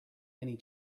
many